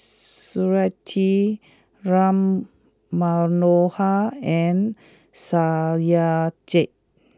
Smriti Ram Manohar and Satyajit